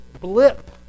blip